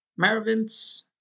Maravins